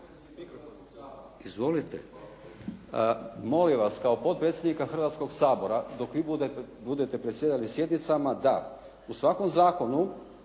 (SDP)** Molim vas kao potpredsjednika Hrvatskog sabora dok vi budete predsjedali sjednicama da u svakom zakonu